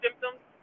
symptoms